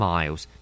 Miles